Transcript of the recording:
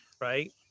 Right